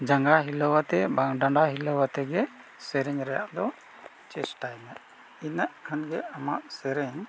ᱡᱟᱸᱜᱟ ᱦᱤᱞᱟᱹᱛᱮ ᱵᱟᱝ ᱰᱟᱸᱰᱟ ᱦᱤᱞᱟᱹᱣ ᱟᱛᱮᱜᱮ ᱥᱮᱨᱮᱧ ᱨᱮᱭᱟᱜ ᱫᱚ ᱪᱮᱥᱴᱟᱭ ᱢᱮ ᱤᱱᱟᱹᱜ ᱠᱷᱟᱱ ᱜᱮ ᱟᱢᱟᱜ ᱥᱮᱨᱮᱧ